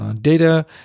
data